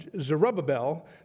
Zerubbabel